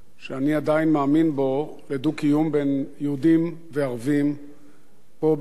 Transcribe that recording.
על דו-קיום בין יהודים וערבים פה במדינת ישראל ובמזרח התיכון.